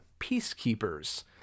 peacekeepers